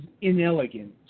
inelegant